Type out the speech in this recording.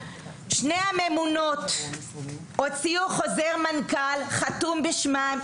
שתי הממונות הוציאו חוזר מנכ"ל חתום בשמן,